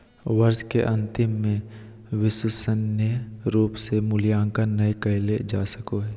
वर्ष के अन्तिम में विश्वसनीय रूप से मूल्यांकन नैय कइल जा सको हइ